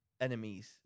Enemies